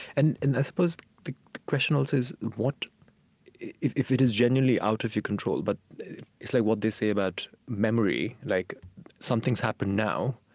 and and i suppose the question, also, is, what if if it is genuinely out of your control. but it's like what they say about memory like some things happen now,